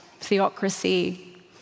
theocracy